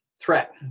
threat